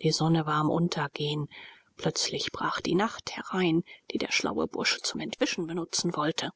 die sonne war am untergehen plötzlich brach die nacht herein die der schlaue bursche zum entwischen benutzen wollte